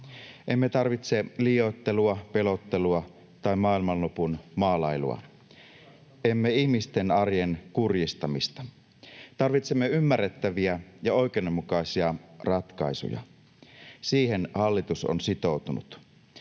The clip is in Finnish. Emme tarvitse liioittelua, pelottelua tai maailmanlopun maalailua, emme ihmisten arjen kurjistamista. Tarvitsemme ymmärrettäviä ja oikeudenmukaisia ratkaisuja. Siihen hallitus on sitoutunut.